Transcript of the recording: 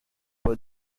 for